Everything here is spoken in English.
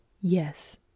Yes